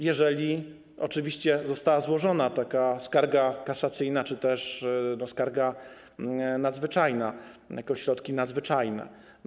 Jeżeli oczywiście została złożona taka skarga kasacyjna czy też skarga nadzwyczajna jako środki nadzwyczajne.